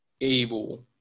able